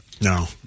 No